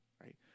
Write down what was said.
right